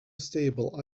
stable